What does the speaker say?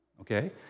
Okay